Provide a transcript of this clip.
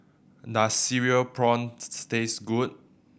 does Cereal Prawns taste good